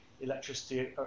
electricity